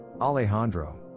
Alejandro